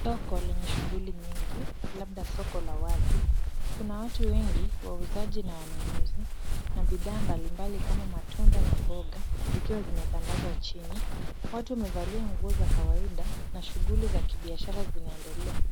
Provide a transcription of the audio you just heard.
Soko lenye shughuli nyingi, labda soko la wazi. Kuna watu wengi, wauzaji na wanunuzi na bidhaa mbalimbali kama matunda na mboga zikiwa zimetandazwa hapo chini. Watu wamevalia nguo za kawaida na shughuli za biashara inaendelea.